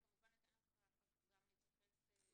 ואני כמובן אתן לך אחר כך גם להתייחס ולסכם.